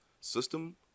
system